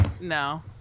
No